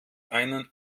einen